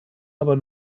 aber